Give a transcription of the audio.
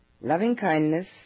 loving-kindness